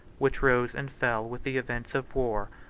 which rose and fell with the events of war,